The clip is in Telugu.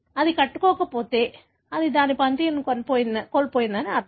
అది కట్టుకోకపోతే అది దాని పనితీరును కోల్పోయిందని అర్థం